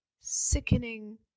sickening